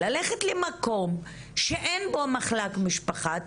ללכת למקום שאין בו מחלק משפחה,